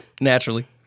Naturally